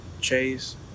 Chase